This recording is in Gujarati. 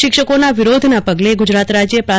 શિક્ષકોના વિરોધના પગલે ગુજરાત રાજ્ય પ્રા